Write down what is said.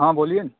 हँ बोलिए न